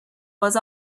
was